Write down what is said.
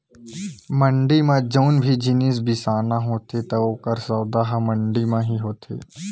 मंड़ी म जउन भी जिनिस बिसाना होथे त ओकर सौदा ह मंडी म ही होथे